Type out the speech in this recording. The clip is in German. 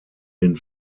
den